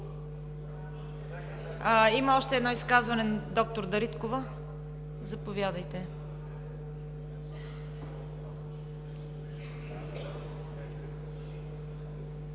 Има още едно изказване. Доктор Дариткова, заповядайте.